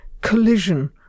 collision